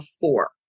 four